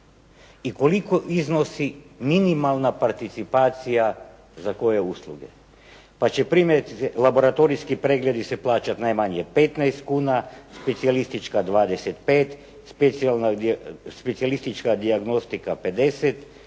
i koliko iznosi minimalna participacija za koje usluge pa će primjerice laboratorijski pregledi se plaćati 15 kuna, specijalistička 25, specijalistička dijagnostika 50,